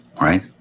Right